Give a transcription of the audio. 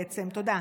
תודה.